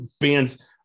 bands